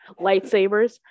lightsabers